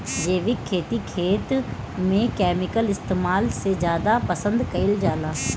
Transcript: जैविक खेती खेत में केमिकल इस्तेमाल से ज्यादा पसंद कईल जाला